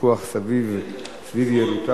הוויכוח סביב יעילותה,